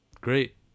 great